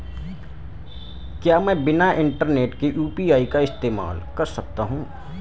क्या मैं बिना इंटरनेट के यू.पी.आई का इस्तेमाल कर सकता हूं?